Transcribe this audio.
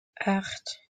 acht